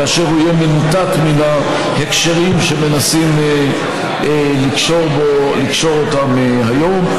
כאשר הוא יהיה מנותק מן ההקשרים שמנסים לקשור אותם היום.